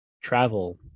travel